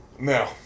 No